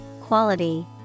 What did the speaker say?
quality